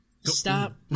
Stop